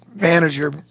manager